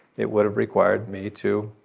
it would have required me to.